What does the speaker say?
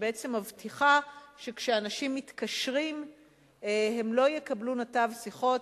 שבעצם מבטיחה כשכאנשים מתקשרים הם לא יקבלו נתב שיחות,